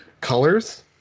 colors